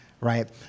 right